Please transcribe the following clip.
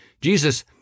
Jesus